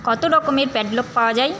কত রকমের প্যাডলক পাওয়া যায়